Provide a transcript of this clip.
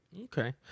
okay